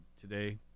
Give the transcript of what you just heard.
today